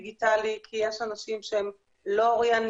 הדיגיטלי כי יש אנשים שהם לא אוריינים,